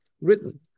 written